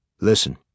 Listen